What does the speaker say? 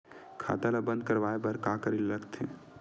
खाता ला बंद करवाय बार का करे ला लगथे?